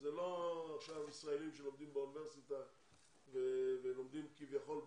זה לא ישראלים שלומדים באוניברסיטה ולומדים כביכול בזום.